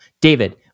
David